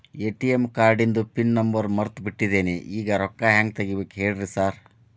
ATM ಕಾರ್ಡಿಂದು pin number ಮರ್ತ್ ಬಿಟ್ಟಿದೇನಿ ಈಗ ರೊಕ್ಕಾ ಹೆಂಗ್ ತೆಗೆಬೇಕು ಹೇಳ್ರಿ ಸಾರ್